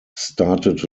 started